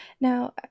Now